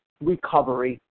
recovery